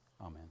amen